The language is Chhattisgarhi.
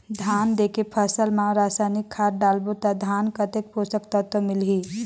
धान देंके फसल मा रसायनिक खाद डालबो ता धान कतेक पोषक तत्व मिलही?